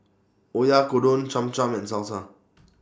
Oyakodon Cham Cham and Salsa